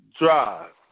drive